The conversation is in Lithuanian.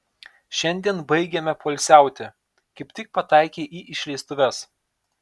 šiandien baigiame poilsiauti kaip tik pataikei į išleistuves